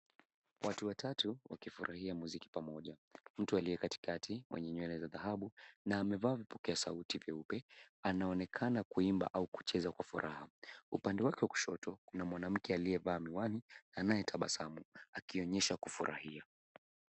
Watu watatu wakifurahia muziki pamoja. Mtu aliyekatikati mwenye nywele za dhahabu na amevaa vipokea sauti vyeupe anaonekana kuimba au kucheza kwa furaha. Upande wake wa kushoto kuna mwanamke aliyevalaa miwani anayetabasamu akionyesha kufurahia.